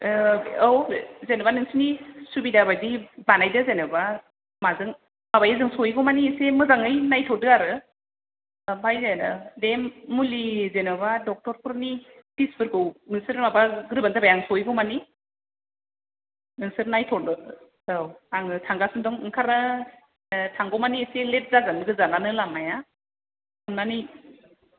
औ जेनबा नोंसिनि सुबिदा बायदि बानायदो जेनबा माजों माबायो जों सहैगौ मानि मोजांङै नायथ'दो आरो आमफाय बेनो दे मुलि जेनबा डक्टर फोरनि फिस फोरखौ नोंसोर माबागोरबानो जाबाय आं सहैगौ मानि